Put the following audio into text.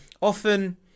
often